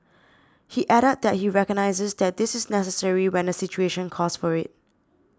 he added that he recognises that this is necessary when the situation calls for it